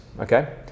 okay